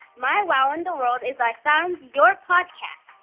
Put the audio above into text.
my wow in the world is i found your podcast.